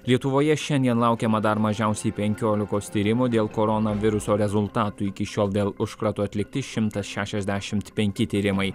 lietuvoje šiandien laukiama dar mažiausiai penkiolikos tyrimų dėl koronaviruso rezultatų iki šiol dėl užkrato atlikti šimtas šešiasdešimt penki tyrimai